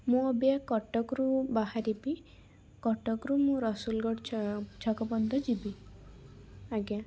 ମୁଁ ଅବିକା କଟକରୁ ବାହାରିବି କଟକରୁ ମୁଁ ରସୁଲଗଡ଼ ଛ ଛକ ପର୍ଯ୍ୟନ୍ତ ଯିବି ଆଜ୍ଞା